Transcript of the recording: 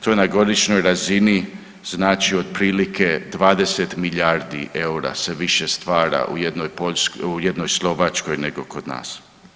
To je na godišnjoj razini znači otprilike 20 milijardi eura se više stvara u jednoj Slovačkoj nego kod nas.